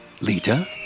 Lita